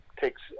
takes